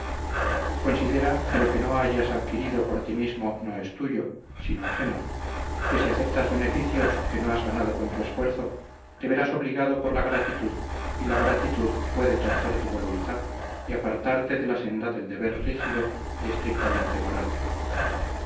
considera que lo que no hayas adquirido por ti mismo no es tuyo sino ajeno que si aceptas beneficios que no has ganado con tu esfuerzo te verás ligado por la gratitud y la gratitud puede torcer tu voluntad y apartarte de la senda del deber rígido y estrictamente moral